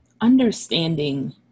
understanding